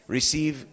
Receive